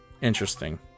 Interesting